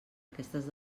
aquestes